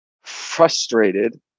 frustrated